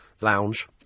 lounge